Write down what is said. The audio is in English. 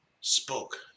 spoke